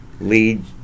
lead